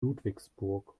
ludwigsburg